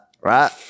Right